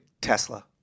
Tesla